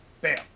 Bam